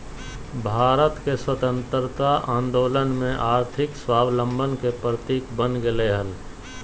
भारत के स्वतंत्रता आंदोलन में आर्थिक स्वाबलंबन के प्रतीक बन गेलय हल